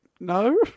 No